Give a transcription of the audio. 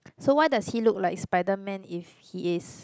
so why does he look like spiderman if he is